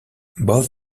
both